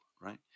right